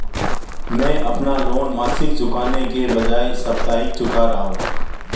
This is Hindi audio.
मैं अपना लोन मासिक चुकाने के बजाए साप्ताहिक चुका रहा हूँ